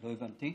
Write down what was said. לא הבנתי.